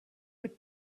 with